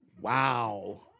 Wow